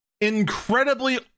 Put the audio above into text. incredibly